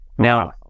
Now